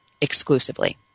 exclusively